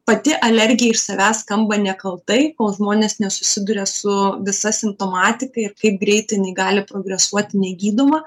pati alergija iš savęs skamba nekaltai kol žmonės nesusiduria su visa simptomatika ir kaip greit jinai gali progresuoti negydoma